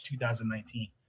2019